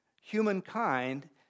humankind